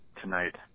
tonight